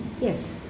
Yes